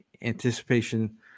anticipation –